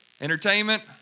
Entertainment